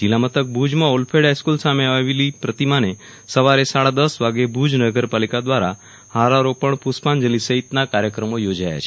જીલ્લા મથક ભુજમાં ઓલ્ફેડ હાઈસ્કુલ સામે આવેલી પ્રતિમાને સવારે સાડા દશ વાગ્યે ભુજ નગર પાલિકા દ્રારા હારારોપણ પુષ્પાજલિ સહિતના કાર્યક્રમો યોજાયા છે